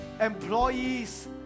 employees